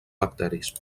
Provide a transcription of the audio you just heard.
bacteris